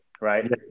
right